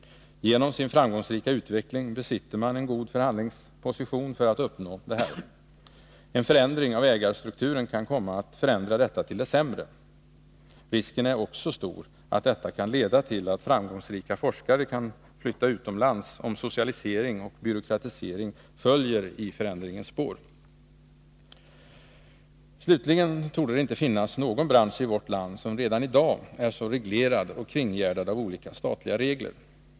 Genom sin framgångsrika utveckling besitter man en god förhandlingsposition för att uppnå detta. En förändring av ägarstrukturen kan innebära förändringar till det sämre. Risken är också stor att framgångsrika forskare flyttar utomlands, om 43 socialisering och byråkratisering följer i förändringens spår. Slutligen torde det inte finnas någon bransch i vårt land som redan i dag är så reglerad och kringgärdad av olika statliga regler.